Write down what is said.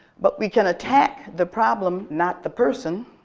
but we can attack the problem, not the person,